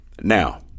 Now